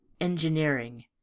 Engineering